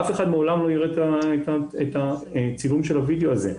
אף אחד לעולם לא יראה את הצילום של הווידאו הזה.